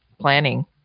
planning